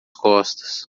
costas